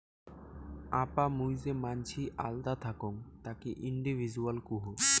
আপা মুই যে মানসি আল্দা থাকং তাকি ইন্ডিভিজুয়াল কুহ